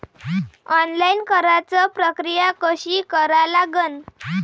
Online कराच प्रक्रिया कशी करा लागन?